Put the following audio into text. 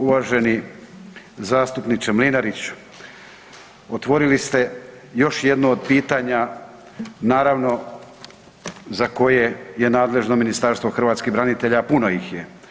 Uvaženi zastupniče Mlinariću, otvorili ste još jedno od pitanja naravno za koje je nadležno Ministarstvo hrvatskih branitelja, a puno ih je.